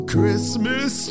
Christmas